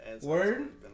word